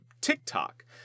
TikTok